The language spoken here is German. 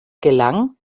gelang